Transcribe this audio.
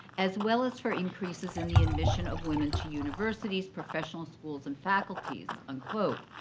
as well as for increases in the admission of women to universities, professional schools, and faculties. unquote.